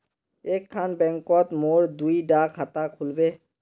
एक खान बैंकोत मोर दुई डा खाता खुल बे?